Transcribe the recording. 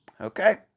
Okay